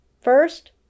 first